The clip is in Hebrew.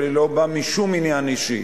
אבל לא באה משום עניין אישי